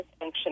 dysfunction